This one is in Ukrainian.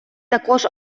також